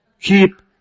keep